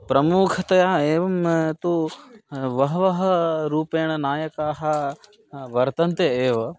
प्रमुखतया एवं तु बहवः रूपेण नायकाः वर्तन्ते एव